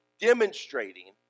demonstrating